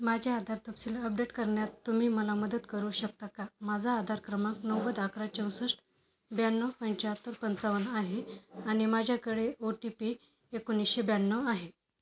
माझे आधार तपशील अपडेट करण्यात तुम्ही मला मदत करू शकता का माझा आधार क्रमांक नव्वद अकरा चौसष्ट ब्याण्णव पंच्याहत्तर पंचावन्न आहे आणि माझ्याकडे ओ टी पी एकोणीसशे ब्याण्णव आहे